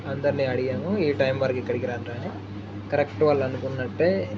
అందరిని అడిగాము ఈ టైం వరకు ఇక్కడికి రాత్రని కరెక్ట్ వాళ్ళు అనుకున్నట్టే